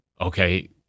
okay